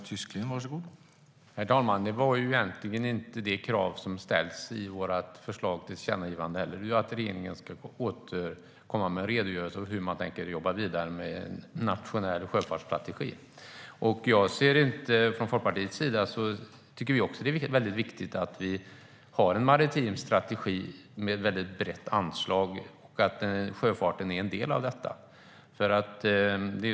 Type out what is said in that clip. Herr talman! Det var egentligen inte det kravet som ställdes i vårt förslag till tillkännagivande. Vi ville att regeringen ska återkomma med en redogörelse för hur man tänker jobba vidare med en nationell sjöfartsstrategi. Vi i Folkpartiet tycker att det är viktigt att vi har en maritim strategi med ett brett anslag och att sjöfarten är en del av det.